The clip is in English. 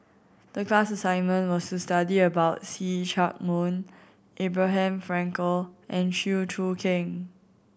the class assignment was to study about See Chak Mun Abraham Frankel and Chew Choo Keng